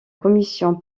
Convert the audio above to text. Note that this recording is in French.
commission